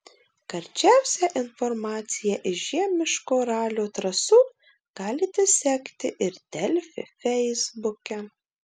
karčiausią informaciją iš žiemiško ralio trasų galite sekti ir delfi feisbuke